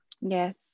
Yes